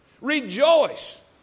Rejoice